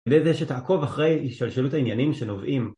וזה שתעקוב אחרי השתלשלות העניינים שנובעים